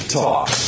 talk